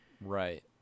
Right